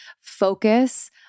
focus